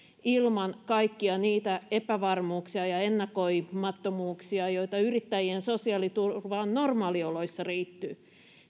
ilman kaikkia niitä epävarmuuksia ja ennakoimattomuuksia joita yrittäjien sosiaaliturvaan normaalioloissa liittyy